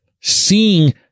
seeing